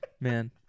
Man